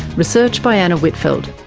research by anna whitfeld,